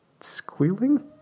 squealing